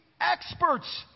experts